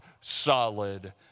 solid